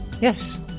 Yes